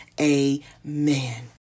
Amen